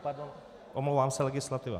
Pardon, omlouvám se, legislativa.